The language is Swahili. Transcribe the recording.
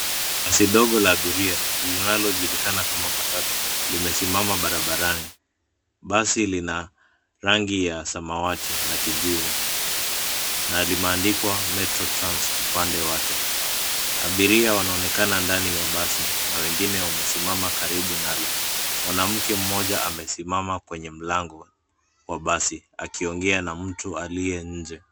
Basi ndogo la abiria, linalojulikana kama matatu, limesimama barabarani. Basi lina, rangi ya samawati na kijivu, na limeandikwa Metro Trans, upande wake. Abiria wanaonekana ndani ya basi, na wengine wamesimama karibu nalo. Mwanamke mmoja amesimama kwenye mlango, wa basi akiongea na mtu aliye nje.